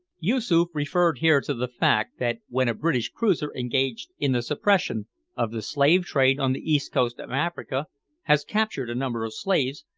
yoosoof referred here to the fact that when a british cruiser engaged in the suppression of the slave-trade on the east coast of africa has captured a number of slaves,